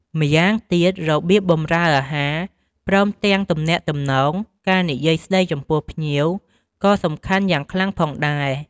ម្យ៉ាងទៀត របៀបបម្រើអាហារ ព្រមទាំងទំនាក់ទំនង ការនិយាយស្ដីចំពោះភ្ញៀវ ក៏សំខាន់យ៉ាងខ្លាំងផងដែរ